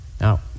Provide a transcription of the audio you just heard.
Now